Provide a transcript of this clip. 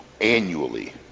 annually